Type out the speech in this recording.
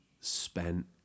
spent